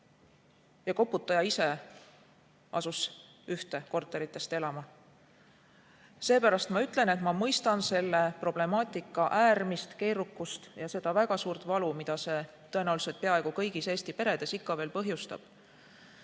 Ja koputaja ise asus ühte korteritest elama. Seepärast ma ütlen, et ma mõistan selle problemaatika äärmist keerukust ja seda väga suurt valu, mida see tõenäoliselt peaaegu kõigis Eesti peredes ikka veel põhjustab.